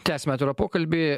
tęsiame atvirą pokalbį